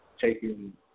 taking